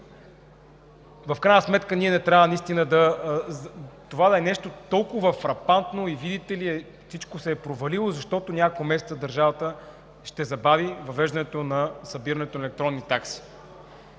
в крайна сметка не трябва наистина да е нещо толкова фрапантно и, видите ли, всичко се е провалило, защото няколко месеца държавата ще забави въвеждането на събирането на електронни такси.